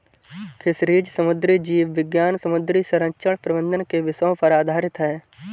fisheries समुद्री जीव विज्ञान समुद्री संरक्षण प्रबंधन के विषयों पर आधारित है